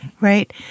right